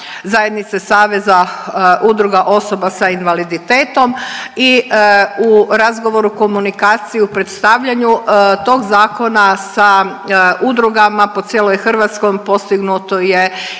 Zajednice saveza udruga osoba sa invaliditetom i u razgovoru komunikaciju predstavljanju tog Zakona sa udrugama po cijeloj Hrvatskom postignut je i koncenzus